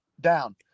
down